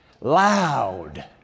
Loud